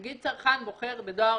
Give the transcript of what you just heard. נגיד שצרכן בוחר בדואר